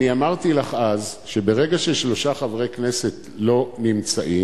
אני אמרתי לך אז שברגע ששלושה חברי כנסת לא נמצאים,